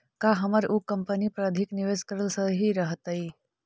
का हमर उ कंपनी पर अधिक निवेश करल सही रहतई?